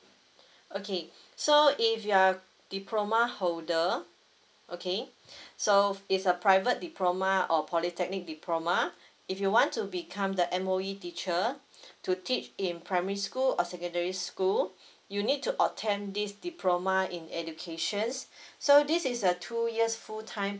okay so if you are diploma holder okay so it's a private diploma or polytechnic diploma if you want to become the M_O_E teacher to teach in primary school or secondary school you need to obtain this diploma in education so this is a two years full time